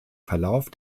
verlauf